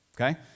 Okay